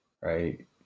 right